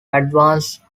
advance